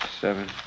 Seven